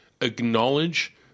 acknowledge